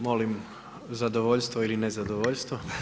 Molim zadovoljstvo ili nezadovoljstvo.